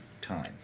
time